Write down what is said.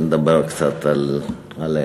לדבר קצת עלינו.